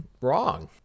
wrong